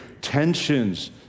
tensions